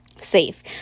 safe